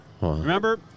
Remember